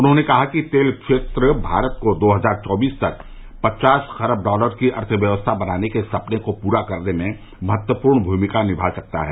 उन्होंने कहा कि तेल क्षेत्र भारत को दो हजार चौबीस तक पचास खरब डॉलर की अर्थव्यवस्था बनाने के सपने को पूरा करने में महत्वपूर्ण भूमिका निभा सकता है